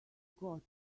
got